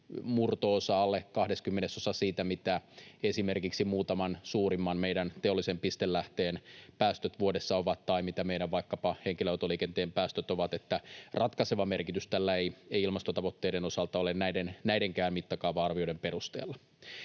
murto-osa, alle kahdeskymmenesosa siitä, mitä esimerkiksi meidän muutaman suurimman teollisen pistelähteen päästöt vuodessa ovat tai mitä meidän vaikkapa henkilöautoliikenteen päästöt ovat. Eli ratkaisevaa merkitystä tällä ei ilmastotavoitteiden osalta ole näidenkään mittakaava-arvioiden perusteella.